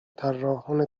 طراحان